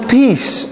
peace